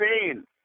pain